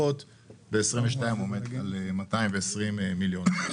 ב-2022 עומד על 220 מיליון.